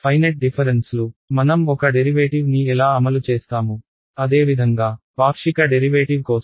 finite డిఫరెన్స్లు మనం ఒక డెరివేటివ్ని ఎలా అమలు చేస్తాము అదేవిధంగా పాక్షిక డెరివేటివ్ కోసం